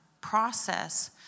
process